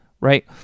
right